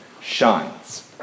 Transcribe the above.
shines